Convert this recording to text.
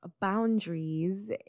boundaries